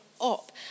up